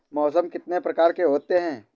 मौसम कितनी प्रकार के होते हैं?